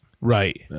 Right